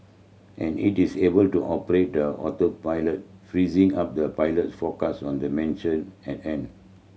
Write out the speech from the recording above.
and it is able to operate the autopilot freezing up the pilot focus on the mission at hand